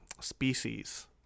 Species